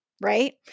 right